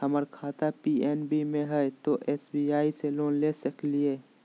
हमर खाता पी.एन.बी मे हय, तो एस.बी.आई से लोन ले सकलिए?